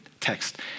text